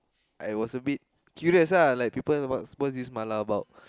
I was a bit curious lah like people what what is this mala about